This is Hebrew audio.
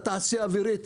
לתעשייה האווירית,